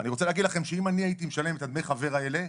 אני רוצה להגיד לכם שאם אני הייתי משלם את דמי החבר האלה,